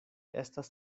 estas